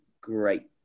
great